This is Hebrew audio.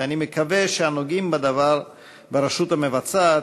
ואני מקווה שהנוגעים בדבר ברשות המבצעת